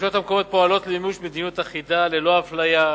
הרשויות המקומיות פועלות למימוש מדיניות אחידה ללא אפליה,